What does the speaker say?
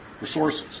resources